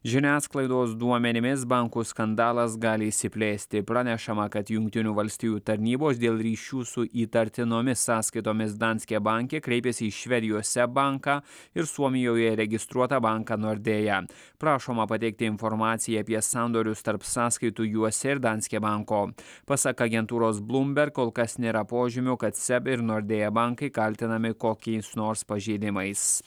žiniasklaidos duomenimis bankų skandalas gali išsiplėsti pranešama kad jungtinių valstijų tarnybos dėl ryšių su įtartinomis sąskaitomis danske banke kreipėsi į švedijos seb banką ir suomijoje registruotą banką nordea prašoma pateikti informaciją apie sandorius tarp sąskaitų juose ir danske banko pasak agentūros bloomberg kol kas nėra požymių kad seb ir nordea bankai kaltinami kokiais nors pažeidimais